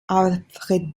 alfred